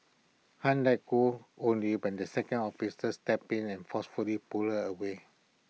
han let go only when the second officer stepped in and forcefully pulled her away